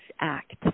Act